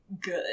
good